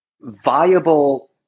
viable